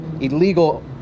illegal